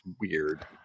weird